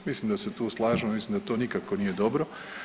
Mislim da se tu slažemo, mislim da to nikako nije dobro.